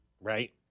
right